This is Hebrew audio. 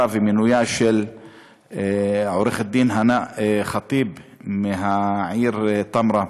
ומינויה של עורכת-הדין הנא ח'טיב מהעיר טמרה,